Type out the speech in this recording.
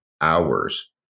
hours